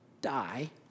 die